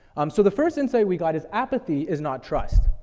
um, so the first insight we got is apathy is not trust.